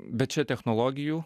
bet čia technologijų